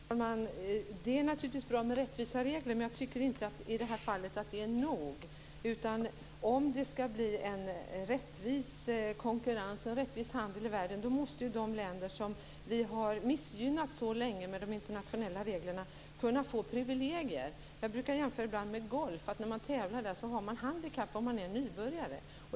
Herr talman! Det är naturligtvis bra med rättvisa regler, men jag tycker inte att det är nog i det här fallet. Om det skall bli en rättvis konkurrens och en rättvis handel i världen måste de länder som vi har missgynnat så länge genom de internationella reglerna kunna få privilegier. Jag brukar jämföra med golf ibland. När man tävlar där har man handikapp om man är nybörjare.